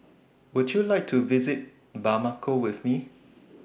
Would YOU like to visit Bamako with Me